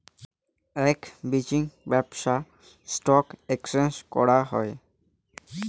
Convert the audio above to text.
আক বিতিং ব্যপছা স্টক এক্সচেঞ্জ করাং হই